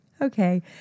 Okay